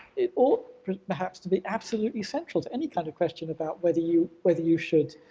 it all perhaps to be absolutely central to any kind of question about whether you whether you should,